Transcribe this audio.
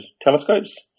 telescopes